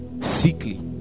sickly